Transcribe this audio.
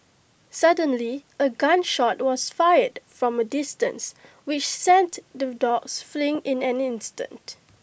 suddenly A gun shot was fired from A distance which sent the dogs fleeing in an instant